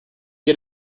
you